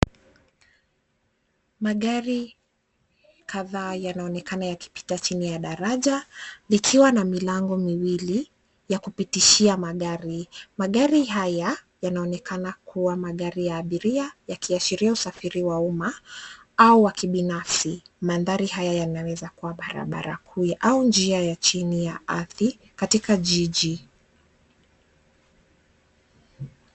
Magari kadhaa yanaonekana yakipita chini ya daraja, likiwa na milango miwili ya kupitishia magari. Magari haya yanaonekana kuwa magari ya abiria yakiashiria usafiri wa umma au wa kibinafsi. Mandhari haya yanaweza kuwa barabara kuu au njia ya chini ya ardhi katika jiji.